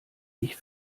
dich